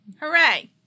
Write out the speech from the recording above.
Hooray